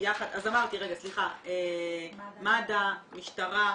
אז אמרתי מד"א, משטרה,